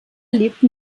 lebten